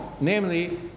namely